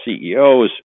CEOs